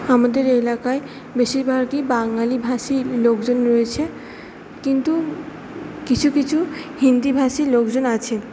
আমাদের এলাকায় বেশিরভাগই বাঙালিভাষী লোকজন রয়েছে কিন্তু কিছু কিছু হিন্দিভাষী লোকজন আছে